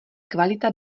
kvalita